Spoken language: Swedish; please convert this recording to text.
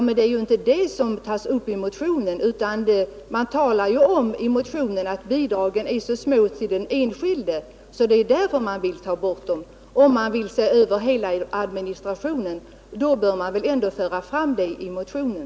Men det är ju inte det som tas upp i motionen, utan man talar i motionen om att bidragen är så små till den enskilde att de mist större delen av sin betydelse och att det är därför man vill ta bort dem. Om man vill se över hela administrationen bör man väl föra fram det i motionen.